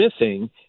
missing